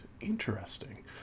Interesting